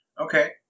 Okay